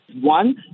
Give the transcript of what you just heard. One